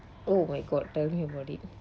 oh my god tell me about it